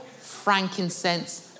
frankincense